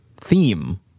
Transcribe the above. theme